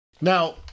Now